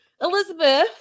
Elizabeth